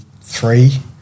three